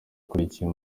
akurikiye